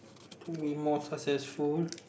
to be more successful